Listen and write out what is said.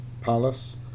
Palace